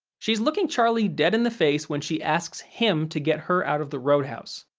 she's looking charlie dead in the face when she asks him to get her out of the roadhouse.